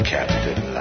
Captain